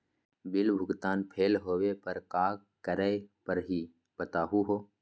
Bill भुगतान fail होवे पर का करै परही, बताहु हो?